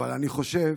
אבל אני חושב